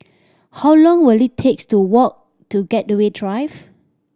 how long will it takes to walk to Gateway Drive